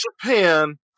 Japan